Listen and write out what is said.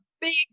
big